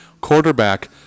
quarterback